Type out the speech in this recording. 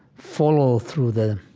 follow through the,